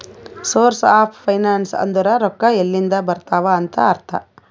source of finance ಅಂದುರ್ ರೊಕ್ಕಾ ಎಲ್ಲಿಂದ್ ಬರ್ತಾವ್ ಅಂತ್ ಅರ್ಥ